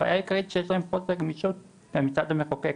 הבעיה העיקרית שיש להם חוסר גמישות גם מצד המחוקק,